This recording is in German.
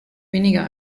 weniger